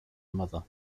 mother